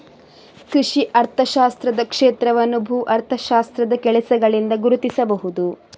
ಕೃಷಿ ಅರ್ಥಶಾಸ್ತ್ರದ ಕ್ಷೇತ್ರವನ್ನು ಭೂ ಅರ್ಥಶಾಸ್ತ್ರದ ಕೆಲಸಗಳಿಂದ ಗುರುತಿಸಬಹುದು